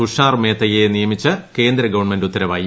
തുഷാർ മേഹ്ത്തയെ നിയമിച്ച് കേന്ദ്ര ഗവൺമെന്റ് ഉത്തരവായി